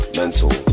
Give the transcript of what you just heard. mental